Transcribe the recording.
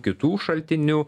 kitų šaltinių